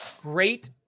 great